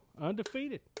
undefeated